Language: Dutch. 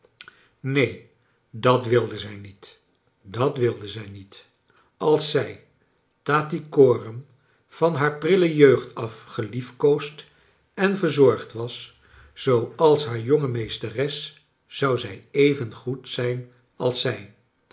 neen dat wilde zij niet dat wilde zij niet i als zij tattycoram van haar prille jeugd af gelief koosd en verzorgd was zooals haar jonge meesteres zou zij even goed zijn als zij